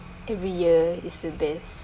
every year is the best